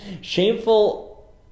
Shameful